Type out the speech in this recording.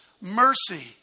mercy